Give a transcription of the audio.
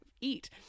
eat